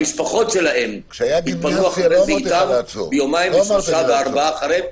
המשפחות שלהם, יומיים ושלושה - אחריהם.